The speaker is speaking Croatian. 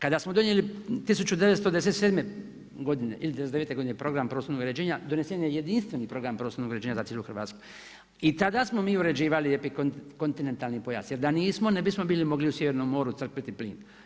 Kada smo donijeli 1997. godine ili 99' godine Program prostornog uređenja, donesen je jedinstveni Program prostornog uređenja za cijelu Hrvatsku i tada smo mi uređivali epikontinentalni pojas, jer da nismo, ne bismo bili mogli u Sjevernom moru crpiti plin.